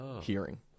Hearing